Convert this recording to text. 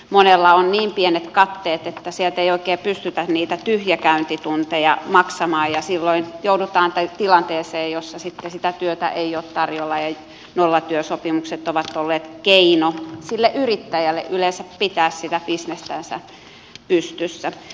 monella on niin pienet katteet että sieltä ei oikein pystytä niitä tyhjäkäyntitunteja maksamaan ja silloin joudutaan tilanteeseen että sitten sitä työtä ei ole tarjolla ja nollatyösopimukset ovat olleet keino sille yrittäjälle yleensä pitää sitä bisnestänsä pystyssä